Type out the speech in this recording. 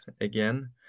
again